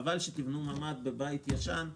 חבל שתבנו ממ"ד בבית ישן,